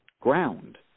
ground